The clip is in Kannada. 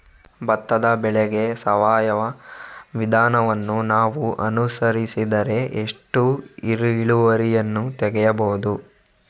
ಭತ್ತದ ಬೆಳೆಗೆ ಸಾವಯವ ವಿಧಾನವನ್ನು ನಾವು ಅನುಸರಿಸಿದರೆ ಎಷ್ಟು ಇಳುವರಿಯನ್ನು ತೆಗೆಯಬಹುದು?